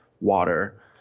water